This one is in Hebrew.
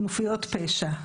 כנופיות פשע?